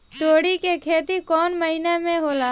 तोड़ी के खेती कउन महीना में होला?